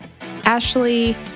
Ashley